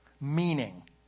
Meaning